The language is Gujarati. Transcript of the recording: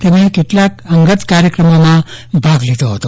તેમને કેટલાક અંગત કાર્યક્રમોમાં ભાગ લીધો હતો